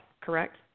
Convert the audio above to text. correct